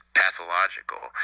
pathological